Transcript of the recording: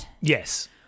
Yes